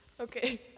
Okay